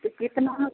तो कितना